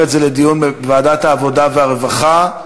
את הנושא לדיון בוועדת העבודה והרווחה.